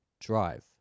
drive